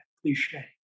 cliche